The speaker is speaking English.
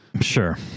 Sure